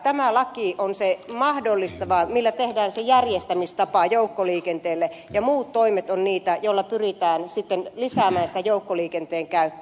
tämä on se mahdollistava laki millä tehdään se järjestämistapa joukkoliikenteelle ja muut toimet ovat niitä joilla pyritään sitten lisäämään sitä joukkoliikenteen käyttöä